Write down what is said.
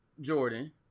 Jordan